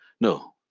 no